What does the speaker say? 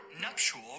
nuptial